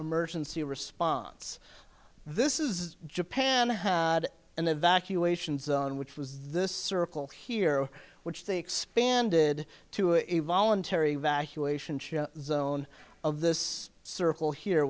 emergency response this is japan had an evacuation zone which was this circle here which they expanded to involuntary valuation zone of this circle here